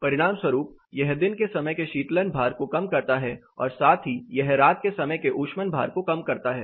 परिणामस्वरूप यह दिन के समय के शीतलन भार को कम करता है और साथ ही यह रात के समय के ऊष्मन भार को कम करता है